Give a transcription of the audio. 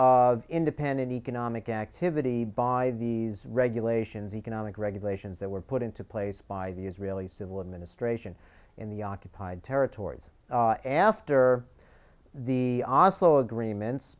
of independent economic activity by these regulations economic regulations that were put into place by the israeli civil administration in the occupied territories after the oslo agreements